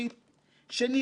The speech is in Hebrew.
לובי 99,